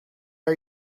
are